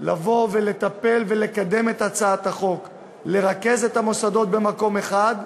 לבוא ולטפל ולקדם את הצעת החוק ולרכז את המוסדות במקום אחד,